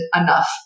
enough